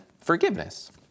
forgiveness